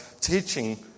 teaching